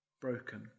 broken